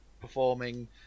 performing